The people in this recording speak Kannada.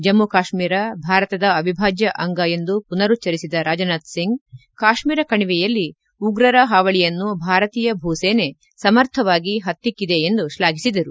ಜಮ್ಲು ಕಾಶ್ಲೀರ ಭಾರತದ ಅವಿಭಾಜ್ಯ ಅಂಗ ಎಂದು ಪುನರುಚ್ವರಿಸಿದ ರಾಜನಾಥ್ಸಿಂಗ್ ಕಾಶ್ಮೀರ ಕಣಿವೆಯಲ್ಲಿ ಉಗ್ರರ ಹಾವಳಿಯನ್ನು ಭಾರತೀಯ ಭೂ ಸೇನೆ ಸಮರ್ಥವಾಗಿ ಹತ್ತಿಕ್ಕಿದೆ ಎಂದು ಶ್ಲಾಘಿಸಿದರು